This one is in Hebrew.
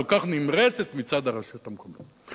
הכל-כך נמרצת מצד הרשות המקומית.